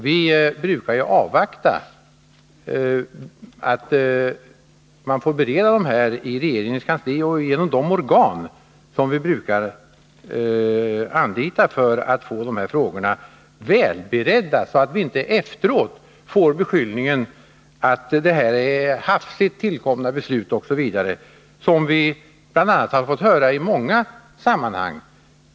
Vi brukar ju avvakta att regeringens kansli och andra organ, som vi anlitar för att få dessa frågor väl beredda, skall göra sitt så att vi inte efteråt får beskyllningen att vi fattat hafsigt tillkomna beslut. Detta har vi ju fått höra i många sammanhang.